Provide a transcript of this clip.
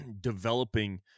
developing